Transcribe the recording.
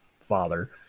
father